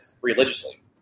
religiously